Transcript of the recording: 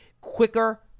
quicker